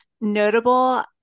notable